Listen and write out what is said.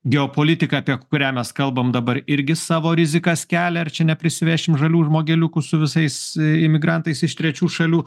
geopolitiką apie kurią mes kalbam dabar irgi savo rizikas kelia ar čia neprisivešim žalių žmogeliukų su visais imigrantais iš trečių šalių